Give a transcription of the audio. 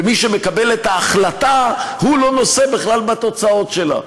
ומי שמקבל את ההחלטה הוא לא נושא בכלל בתוצאות שלה.